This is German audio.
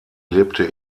lebte